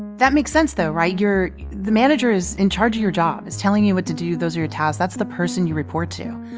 that makes sense though, right? your the manager is in charge of your job, is telling you what to do those are your tasks. that's the person you report to.